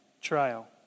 trial